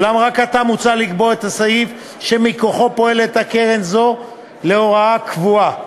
אולם רק עתה מוצע לקבוע את הסעיף שמכוחו פועלת הקרן הזאת להוראה קבועה.